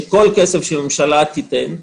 שכל כסף שהממשלה תיתן,